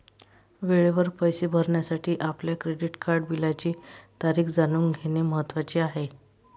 वेळेवर पैसे भरण्यासाठी आपल्या क्रेडिट कार्ड बिलाची तारीख जाणून घेणे महत्वाचे आहे